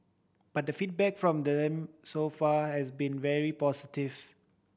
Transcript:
but the feedback from then so far has been very positive